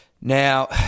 Now